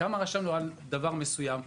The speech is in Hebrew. כמה רשמנו על דבר מסוים.